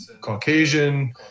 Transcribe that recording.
Caucasian